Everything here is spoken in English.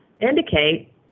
indicate